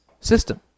system